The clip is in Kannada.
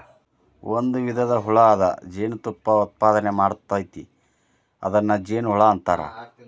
ಒಂದು ವಿಧದ ಹುಳು ಅದ ಜೇನತುಪ್ಪಾ ಉತ್ಪಾದನೆ ಮಾಡ್ತತಿ ಅದನ್ನ ಜೇನುಹುಳಾ ಅಂತಾರ